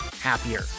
happier